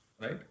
Right